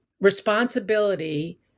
responsibility